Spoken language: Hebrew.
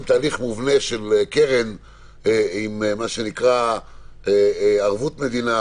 תהליך מובנה של קרן עם ערבות מדינה,